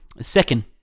Second